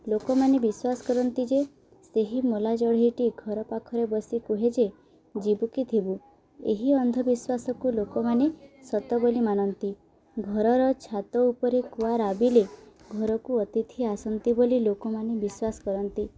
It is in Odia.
ଲୋକମାନେ ବିଶ୍ୱାସ କରନ୍ତି ଯେ ସେହି ମୋଲା ଜଢ଼େଇଟି ଘର ପାଖରେ ବସି କୁହେ ଯେ ଯିବୁ କିି ଥିବୁ ଏହି ଅନ୍ଧବିଶ୍ୱାସକୁ ଲୋକମାନେ ସତ ବୋଲି ମାନନ୍ତି ଘରର ଛାତ ଉପରେ କୁଆ ରାବିଲେ ଘରକୁ ଅତିଥି ଆସନ୍ତି ବୋଲି ଲୋକମାନେ ବିଶ୍ୱାସ କରନ୍ତି